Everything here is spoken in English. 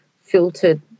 filtered